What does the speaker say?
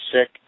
sick